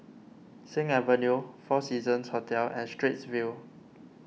Sing Avenue four Seasons Hotel and Straits View